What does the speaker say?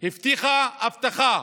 והבטיחה הבטחה,